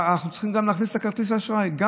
אנחנו צריכים להכניס גם את כרטיס האשראי.